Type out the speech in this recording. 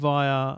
Via